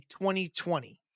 2020